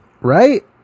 Right